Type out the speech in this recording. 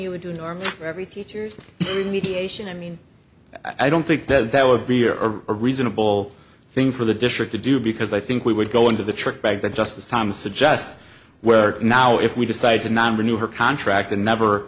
you would do to our every teacher's mediation i mean i don't think that that would be a reasonable thing for the district to do because i think we would go into the trick bag that justice thomas suggests where now if we decide to not renew her contract and never